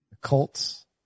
Colts